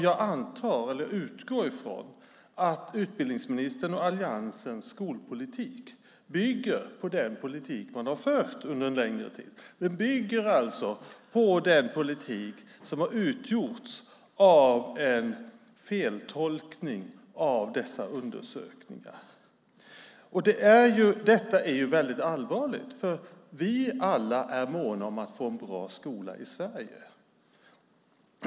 Jag utgår från att utbildningsministerns och alliansens skolpolitik bygger på den politik som man har fört under en längre tid. Skolpolitiken bygger alltså på en feltolkning av dessa undersökningar. Detta är väldigt allvarligt, för vi alla är måna om att få en bra skola i Sverige.